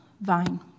vine